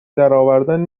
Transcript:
درآوردن